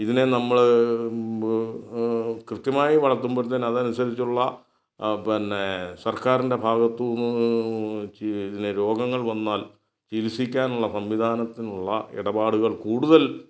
ഇതിനെ നമ്മൾ കൃത്യമായി വളർത്തുമ്പോഴത്തേനു അതനുസരിച്ചുള്ള പിന്നെ സർക്കാരിൻ്റെ ഭാഗത്തു നിന്നും പിന്നെ രോഗങ്ങൾ വന്നാൽ ചികിത്സിക്കാനുള്ള സംവിധാനത്തിനുള്ള എടപ്പാടുകൾ കൂടുതൽ